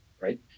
right